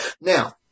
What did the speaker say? Now